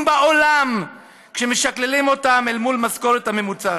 בעולם כשמשקללים אותם אל מול המשכורת הממוצעת.